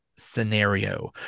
scenario